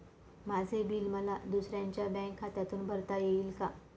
माझे बिल मला दुसऱ्यांच्या बँक खात्यातून भरता येईल का?